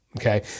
Okay